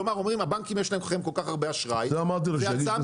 כלומר לבנקים יש כל כך הרבה אשראי --- על זה אמרתי לו שיגיש מסמך.